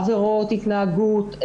עבירות התנהגות,